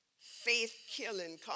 faith-killing